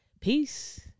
Peace